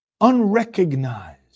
unrecognized